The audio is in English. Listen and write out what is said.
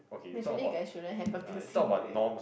naturally guy shouldn't have a piercing is it